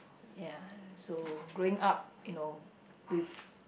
ya so growing up you know with